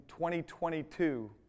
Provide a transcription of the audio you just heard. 2022